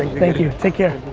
thank you, take care.